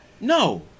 No